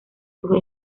sus